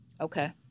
Okay